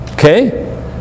Okay